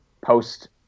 post